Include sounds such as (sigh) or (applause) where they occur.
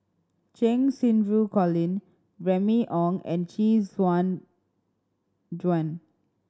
Cheng Xinru Colin Remy Ong and Chee (unintelligible) Juan